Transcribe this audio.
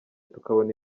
tukabona